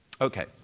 Okay